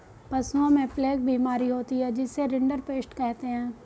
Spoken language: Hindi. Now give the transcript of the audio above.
पशुओं में प्लेग बीमारी होती है जिसे रिंडरपेस्ट कहते हैं